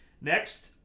Next